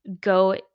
go